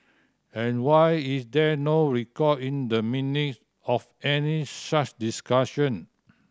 and why is there no record in the Minute of any such discussion